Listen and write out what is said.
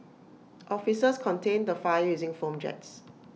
officers contained the fire using foam jets